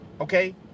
okay